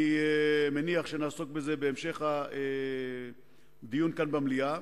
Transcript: אני מניח שנעסוק בזה בהמשך הדיון במליאה.